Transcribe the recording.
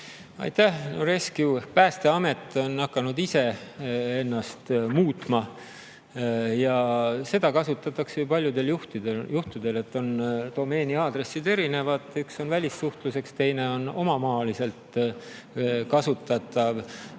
Aitäh! Rescueehk Päästeamet on hakanud ise ennast muutma. Ja seda kasutatakse paljudel juhtudel, et domeeniaadressid on erinevad, üks on välissuhtluseks, teine on omamaaliselt kasutatav.